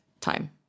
time